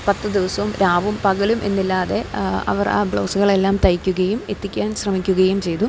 പത്തു ദിവസവും രാവും പകലും എന്നില്ലാതെ അവർ ആ ബ്ലൗസ്സുകളെല്ലാം തയ്ക്കുകയും എത്തിക്കുവാൻ ശ്രമിക്കുകയും ചെയ്തു